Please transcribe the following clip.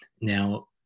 Now